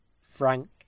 frank